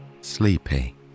sleepy